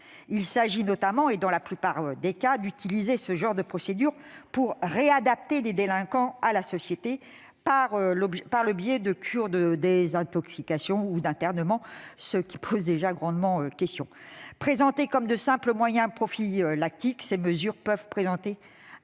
Il s'agit notamment- et dans la plupart des cas -d'utiliser ce genre de procédure pour réadapter des délinquants à la société par le biais d'une cure de désintoxication ou d'un internement, ce qui pose déjà grandement question. Présentées comme de simples moyens prophylactiques, ces mesures peuvent présenter